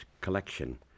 collection